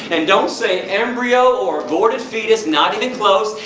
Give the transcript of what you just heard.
and don't say embryo or aborted fetus not even close,